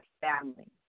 family